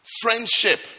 Friendship